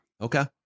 Okay